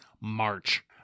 March